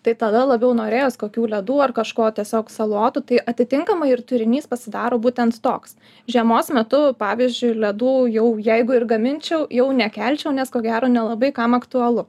tai tada labiau norėjos kokių ledų ar kažko tiesiog salotų tai atitinkamai ir turinys pasidaro būtent toks žiemos metu pavyzdžiui ledų jau jeigu ir gaminčiau jau nekelčiau nes ko gero nelabai kam aktualu